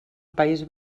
país